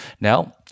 now